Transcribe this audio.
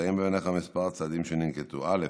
אציין בפניך כמה צעדים שננקטו: א.